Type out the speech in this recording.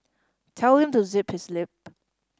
tell him to zip his lip